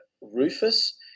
rufus